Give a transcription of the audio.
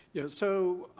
yeah, so.